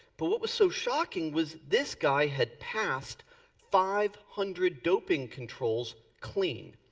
but what was so shocking was this guy had passed five hundred doping controls clean.